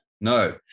No